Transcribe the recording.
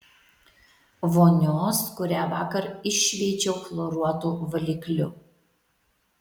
vonios kurią vakar iššveičiau chloruotu valikliu